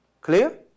Clear